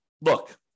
look